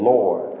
Lord